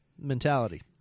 mentality